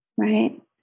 Right